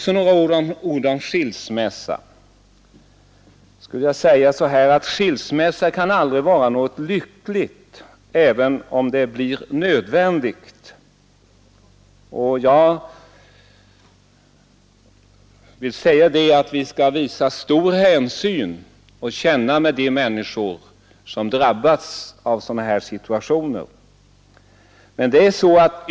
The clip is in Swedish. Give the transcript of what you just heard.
Så några ord om skilsmässa. Skilsmässa kan aldrig vara något lyckligt även om den blir nödvändig, och vi bör visa stor hänsyn och känna med de. människor som drabbas a sådana situationer.